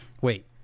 wait